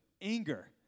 anger